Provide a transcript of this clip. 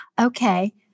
okay